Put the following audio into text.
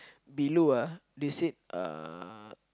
below ah they said uh